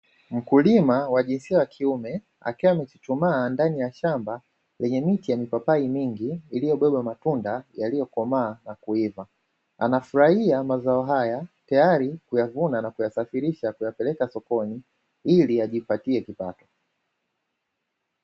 Mkulima wa jinsia ya kiume akiwaamechuchumaa ndani ya shama lenye miti ya mipapai mingi iliyobeba matunda yaliyo komaa na kuiva. Anafurahi mazao haya tayari kuyavuna na kuyasafirisha na kuyapeleka sokoni ili ajipatie kipato.